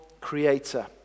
creator